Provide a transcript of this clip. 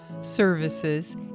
services